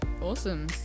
Awesome